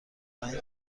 رنگ